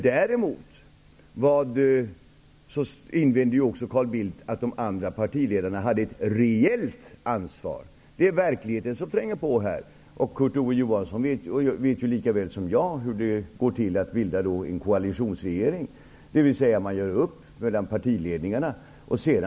Däremot hade, det invände också Carl Bildt, andra partiledare ett reellt ansvar. Det är verkligheten som tränger på här. Kurt Ove Johansson vet lika väl som jag hur det går till att bilda en koalitionsregering. Man gör upp mellan partiledningarna.